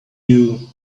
you